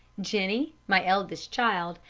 jennie, my eldest child,